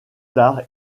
tard